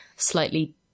slightly